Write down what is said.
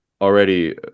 already